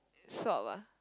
swap ah